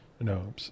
no